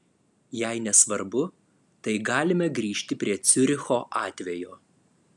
jei nesvarbu tai galime grįžti prie ciuricho atvejo